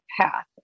path